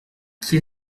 qui